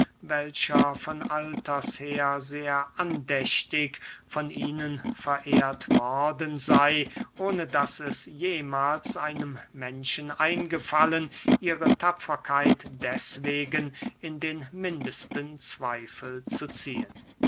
welcher von alters her sehr andächtig von ihnen verehrt worden sey ohne daß es jemahls einem menschen eingefallen ihre tapferkeit deswegen in den mindesten zweifel zu ziehen